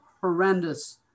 horrendous